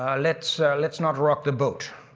ah let's let's not rock the boat.